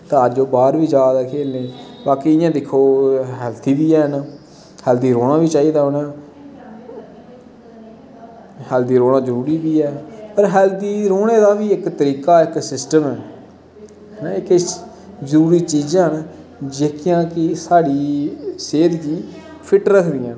घर तो बाह्रों जा दे खेलने गी बाकी इयां दिक्खो हैल्थी बी हैन हैल्दी रोह्ॅना बी चाही दा होना हैल्दी रौह्ना जरूरी बी ऐ पर हैल्दी रौह्ॅने दा बी इक तरीका ऐ एक सिस्टम ऐ किश जरूरी चीजां न जेह्कियां कि साढ़ी सेह्त गी फिट रखदियां न